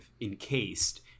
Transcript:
encased